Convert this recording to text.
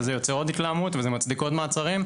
וזה יוצר עוד התלהמות וזה מצדיק עוד מעצרים.